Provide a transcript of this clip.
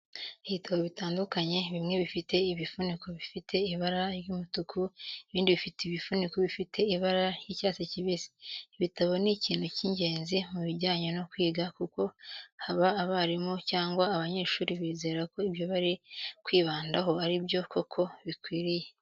Ibitabo bitandukanye, bimwe bifite ibifuniko bifite ibara ry'umutuku, ibindi bifite ibifuniko bifite ibara ry'icyatsi kibisi. Ibitabo ni ikintu cy'ingenzi mu bijyanye no kwiga kuko haba abarimu cyangwa abanyeshuri bizera ko ibyo bari kwibandaho ari byo koko bikwiriye.